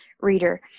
reader